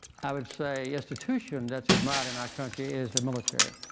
i would say, institution that's admired in our country is the military.